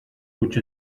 which